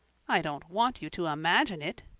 i don't want you to imagine it,